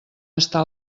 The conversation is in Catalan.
està